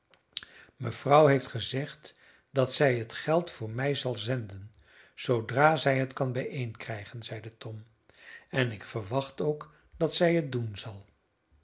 mevrouw heeft gezegd dat zij het geld voor mij zal zenden zoodra zij het kan bijeenkrijgen zeide tom en ik verwacht ook dat zij het doen zal